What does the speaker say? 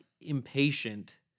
impatient